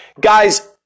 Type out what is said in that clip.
guys